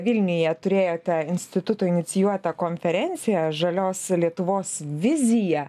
vilniuje turėjote instituto inicijuotą konferenciją žalios lietuvos vizija